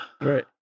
Right